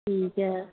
ਠੀਕ ਹੈ